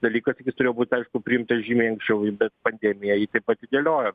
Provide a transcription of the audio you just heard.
dalykas tik jis turėjo būt aišku priimtas žymiai anksčiau bet pandemija jį taip atidėliojo